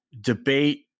debate